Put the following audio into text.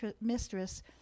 mistress